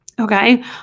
Okay